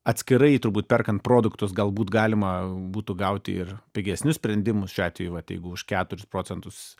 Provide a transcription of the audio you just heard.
atskirai turbūt perkant produktus galbūt galima būtų gauti ir pigesnius sprendimus šiuo atveju vat jeigu už keturis procentus